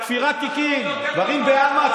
תפירת תיקים, דברים בעלמא.